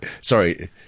sorry